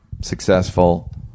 successful